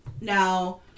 Now